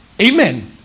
Amen